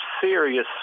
serious